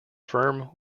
firm